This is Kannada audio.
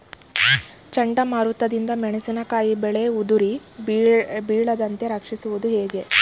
ಚಂಡಮಾರುತ ದಿಂದ ಮೆಣಸಿನಕಾಯಿ ಬೆಳೆ ಉದುರಿ ಬೀಳದಂತೆ ರಕ್ಷಿಸುವುದು ಹೇಗೆ?